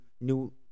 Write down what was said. New